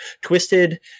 twisted